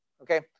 okay